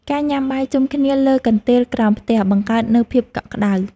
ការញ៉ាំបាយជុំគ្នាលើកន្ទេលក្រោមផ្ទះ បង្កើតនូវភាពកក់ក្តៅ។